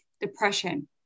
depression